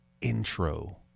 intro